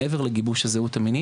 מעבר לגיבוש הזהות המינית,